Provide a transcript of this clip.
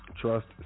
trust